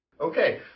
Okay